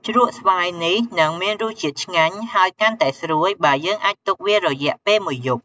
ជ្រក់ស្វាយនេះនឹងមានរសជាតិឆ្ងាញ់ ហើយកាន់តែស្រួយបើយើងអាចទុកវារយៈពេលមួយយប់។